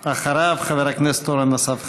אחריו, חבר הכנסת אורן אסף חזן.